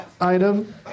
item